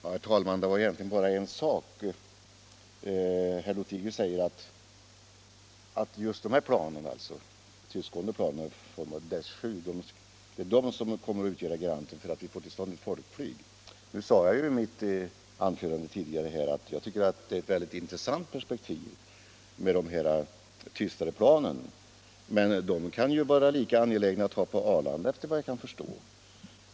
Herr talman! Det är egentligen bara en sak jag tänker ta upp. Herr Lothigius sade att de tystgående planen, Dash 7, kommer att utgöra garantin för att vi får till stånd ett folkflyg. Jag sade i mitt tidigare anförande att jag tycker att det är ett väldigt intressant perspektiv med de tystare planen, men de kan ju vara lika angelägna att ha på Arlanda, efter vad jag kan förstå.